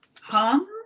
Hum